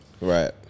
Right